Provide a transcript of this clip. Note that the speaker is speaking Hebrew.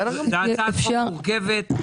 זאת הצעת חוק מורכבת.